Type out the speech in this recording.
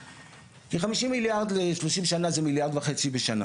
כי 50 מיליארד ל- 30 שנה זה 1.5 מיליארד בשנה,